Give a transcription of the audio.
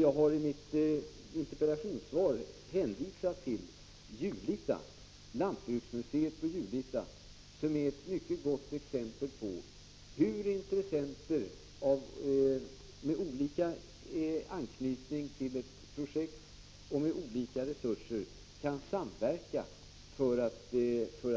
Jag har i mitt interpellationssvar hänvisat till Julita lantbruksmuseum som ett mycket gott exempel på hur intressenter med olika anknytning till ett projekt och med olika resurser kan samverka för